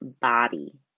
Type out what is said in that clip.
body